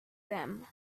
them